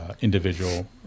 individual